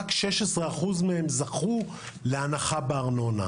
רק 16% מהם זכו להנחה בארנונה.